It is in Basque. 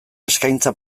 eskaintza